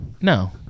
No